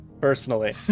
personally